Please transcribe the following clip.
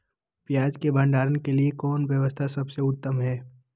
पियाज़ के भंडारण के लिए कौन व्यवस्था सबसे उत्तम है?